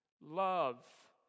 Love